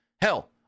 Hell